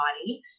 body